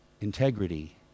integrity